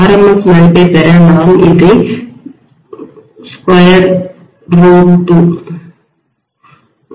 RMS மதிப்பைப் பெற நான் அதை 2 ஆல் வகுக்கிறேன்